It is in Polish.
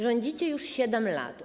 Rządzicie już 7 lat.